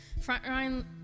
Frontline